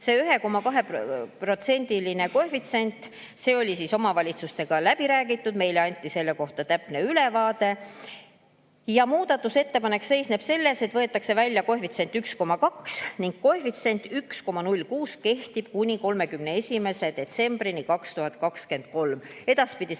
See 1,2‑kordne koefitsient oli omavalitsustega läbi räägitud, meile anti selle kohta täpne ülevaade. Muudatusettepanek seisneb selles, et võetakse välja koefitsient 1,2 ning koefitsient 1,06 kehtib kuni 31. detsembrini 2023. Edaspidi